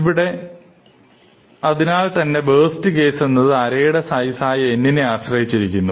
ഇവിടെ അതിനാൽ തന്നെ വേസ്റ്റ് കേസ് എന്നത് അറയുടെ സൈസ് ആയ n നെ ആശ്രയിച്ചിരിക്കുന്നു